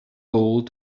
gold